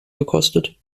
gekostet